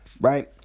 right